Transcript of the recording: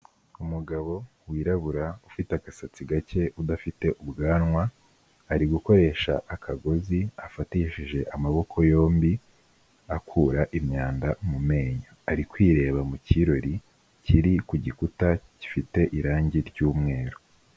Umugabo wirabura ufite agasatsi gake udafite ubwanwa ari gukoresha akagozi afatishije amaboko yombi akura imyanda mu menyo, ari kwireba mu kirori kiri ku gikuta gifite irange ry'umweru.